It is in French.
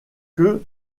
que